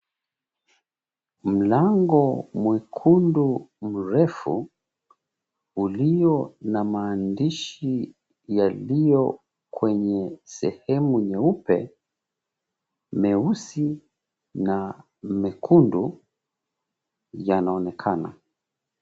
Mlango mwekundu mrefu ulio na mahandishi yaliyo kwenye sehemu nyeupe, meusi na mwekundu yanaonekana.